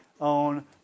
own